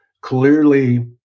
clearly